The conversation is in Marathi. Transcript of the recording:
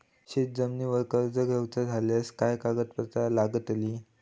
शेत जमिनीवर कर्ज घेऊचा झाल्यास काय कागदपत्र लागतली?